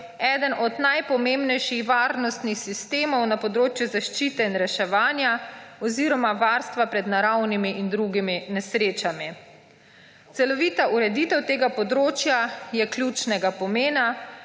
eden od najpomembnejših varnostnih sistemov na področju zaščite in reševanja oziroma varstva pred naravnimi in drugimi nesrečami. Celovita ureditev tega področja je ključnega pomena,